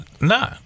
No